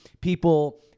people